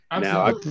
now